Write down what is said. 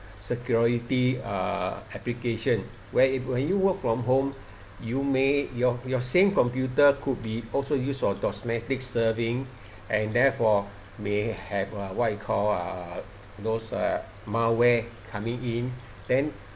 security uh application when when you work from home you may your your same computer could be also use your domestic serving and therefore may have uh what you call uh those uh malware coming in then